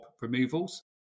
removals